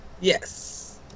Yes